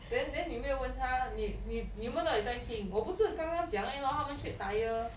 then then 你没有问她你你到底有没有在听我不是刚刚讲而已 lor 他们 trade tyre